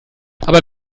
aber